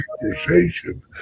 conversation